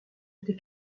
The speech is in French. été